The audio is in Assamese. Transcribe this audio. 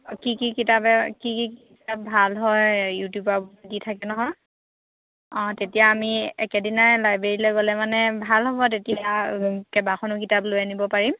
কি কি কিতাপে কি কি কিতাপ ভাল হয় ইউটিউবাৰে দি তাকে নহয় অঁ তেতিয়া আমি একেদিনাই লাইব্ৰেৰীলৈ গ'লে মানে ভাল হ'ব আৰু তেতিয়া কেইবাখনো কিতাপ লৈ আনিব পাৰিম